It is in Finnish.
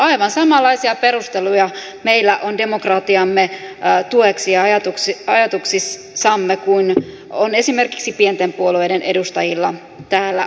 aivan samanlaisia perusteluja meillä on demokratiamme tueksi ja ajatuksissamme kuin on esimerkiksi pienten puolueiden edustajilla täällä ollut